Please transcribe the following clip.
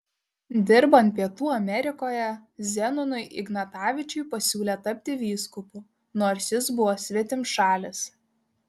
dirbant pietų amerikoje zenonui ignatavičiui pasiūlė tapti vyskupu nors jis buvo svetimšalis